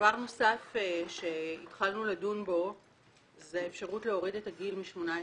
דבר נוסף שהתחלנו לדון בו זה האפשרות להוריד את הגיל מ-18 ל-16,